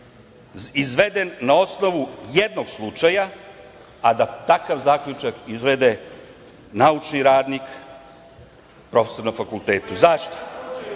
izveden na osnovu jednog slučaja, a ta takav zaključak izvede naučni radnik, profesor na fakultetu. Zašto? Zato